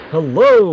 Hello